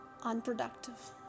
unproductive